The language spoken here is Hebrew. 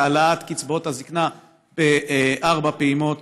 להעלאת קצבאות הזקנה בארבע פעימות.